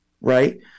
right